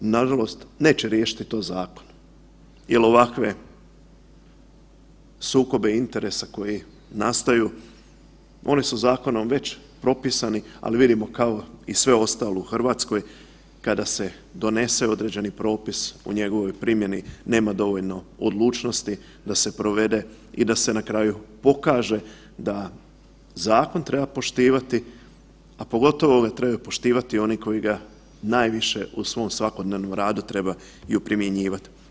Nažalost, neće riješiti to zakon jel ovakve sukobe interesa koji nastaju oni su zakonom već propisani, ali vidimo kao i sve ostalo u RH kada se donese određeni propis u njegovoj primjeni nema dovoljno odlučnosti da se provede i da se na kraju pokaže da zakon treba poštivati, a pogotovo ga trebaju poštivati oni koji ga najviše u svom svakodnevnom radu trebaju primjenjivati.